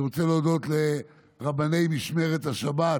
אני רוצה להודות לרבני משמרת השבת,